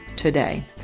today